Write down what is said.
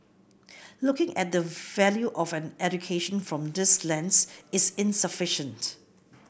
looking at the value of an education from this lens is insufficient